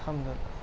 الحمد للہ